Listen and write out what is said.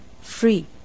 free